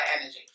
energy